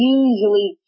usually